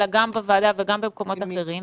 אלא גם בוועדה וגם במקומות אחרים.